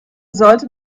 sollte